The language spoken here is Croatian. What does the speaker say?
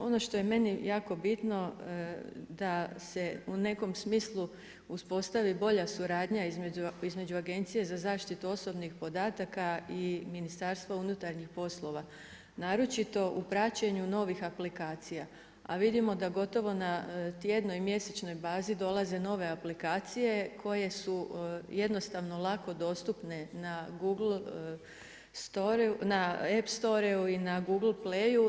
Ono što je meni jako bitno da se u nekom smislu uspostavi bolja suradnja između Agencije za zaštitu osobnih podataka i Ministarstva unutarnjih poslova naročito u praćenju novih aplikacija, a vidimo da gotovo na tjednoj i mjesečnoj bazi dolaze nove aplikacije koje su jednostavno lako dostupne na Google Storyu, na web Storyu i na Doogle Playu.